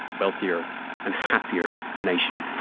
wealthier and happier nation.